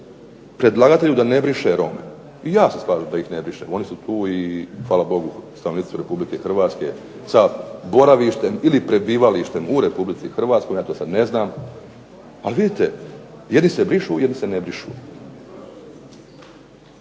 predlagatelju da ne briše Rome. I ja se slažem da ih ne brišemo i hvala Bogu stanovnici su Republike Hrvatske sa boravištem ili prebivalištem u Republici Hrvatskoj, ja to sad ne znam, ali vidite jedni se brišu, jedni se ne brišu.